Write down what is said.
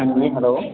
hello